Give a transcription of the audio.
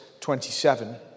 27